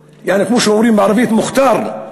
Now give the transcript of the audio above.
יעני, כמו שאומרים בערבית "מוכתר".